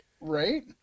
Right